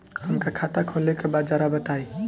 हमका खाता खोले के बा जरा बताई?